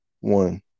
one